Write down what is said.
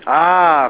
ah